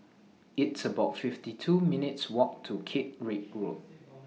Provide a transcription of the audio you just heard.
It's about fifty two minutes' Walk to Caterick Road